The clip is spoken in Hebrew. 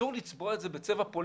אבל אסור לצבוע את זה בצבע פוליטי.